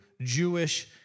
Jewish